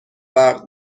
برق